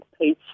page